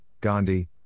Gandhi